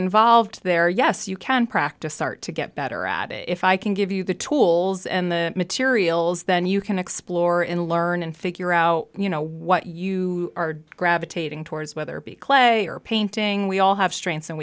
involved there yes you can practice start to get better at it if i can give you the tools and the materials then you can explore and learn and figure out you know what you are gravitating towards whether be clay or painting we all have strengths and